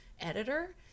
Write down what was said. editor